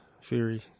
Fury